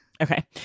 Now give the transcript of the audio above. Okay